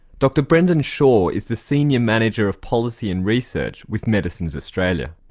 dr brendan shaw is the senior manager of policy and research with medicines australia.